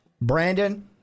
Brandon